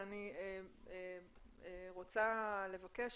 אני רוצה לבקש